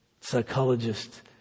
psychologist